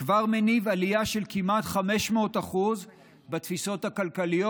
כבר מניב עלייה של כמעט 500% בתפיסות הכלכליות.